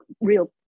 real